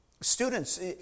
Students